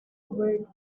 word